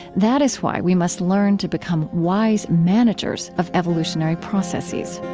that is why we must learn to become wise managers of evolutionary processes.